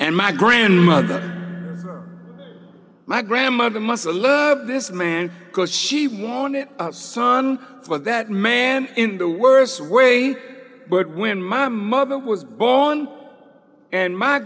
and my grandmother my grandmother muscle love this man because she wanted a son for that man in the worst way but when my mother was born and my